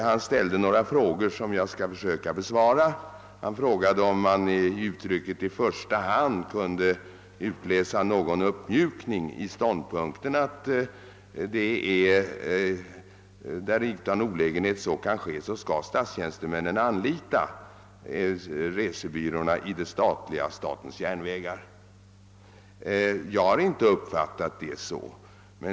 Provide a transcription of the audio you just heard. Han ställde emellertid några frågor, som jag skall försöka besvara, bl.a. om huruvida man av uttrycket »i första hand» kunde utläsa någon uppmjukning av ståndpunkten att statstjänstemännen, då utan olägenhet så kan ske, skall anlita resebyråerna hos statens järnvägar. Jag har inte uppfattat det så.